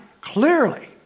clearly